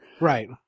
right